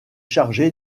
chargé